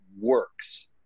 works